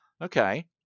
Okay